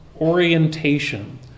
orientation